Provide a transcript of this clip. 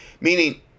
Meaning